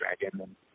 dragon